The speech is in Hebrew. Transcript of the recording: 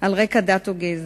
על רקע דת או גזע.